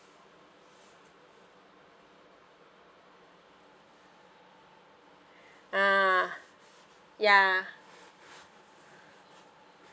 ah ya